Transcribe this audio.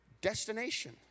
destination